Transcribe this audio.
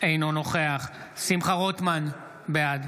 אינו נוכח שמחה רוטמן, בעד